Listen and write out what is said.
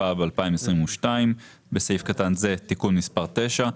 התשפ"ב-2022 (בסעיף קטן זה תיקון מספר 9),